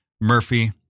Murphy